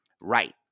Right